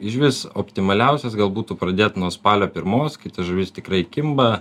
išvis optimaliausias gal būtų pradėt nuo spalio pirmos kai ta žuvis tikrai kimba